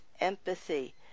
empathy